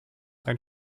ein